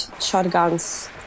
shotguns